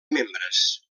membres